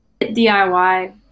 DIY